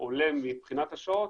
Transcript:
עולה מבחינת השעות,